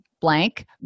blank